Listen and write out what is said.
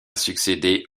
succédé